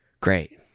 Great